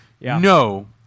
no